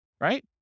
right